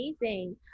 amazing